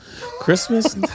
Christmas